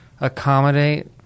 accommodate